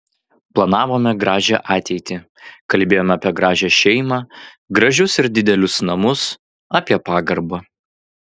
planavome gražią ateitį kalbėjome apie gražią šeimą gražius ir didelius namus apie pagarbą